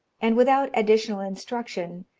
and, without additional instruction,